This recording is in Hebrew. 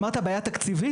אמרת בעיה תקציבית?